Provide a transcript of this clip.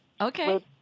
Okay